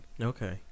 Okay